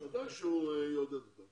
ודאי שהוא יעודד אותם.